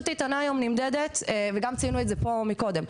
גם ציינו קודם,